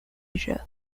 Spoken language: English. asia